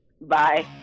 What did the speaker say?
Bye